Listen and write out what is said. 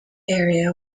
area